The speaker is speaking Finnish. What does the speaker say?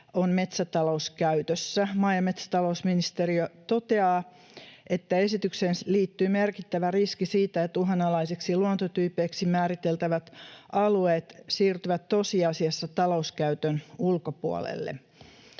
on metsätalouskäytössä. Maa- ja metsätalousministeriö toteaa, että esitykseen liittyy merkittävä riski siitä, että uhanalaisiksi luontotyypeiksi määriteltävät alueet siirtyvät tosiasiassa talouskäytön ulkopuolelle.